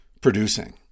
producing